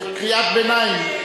הוא, קריאת ביניים.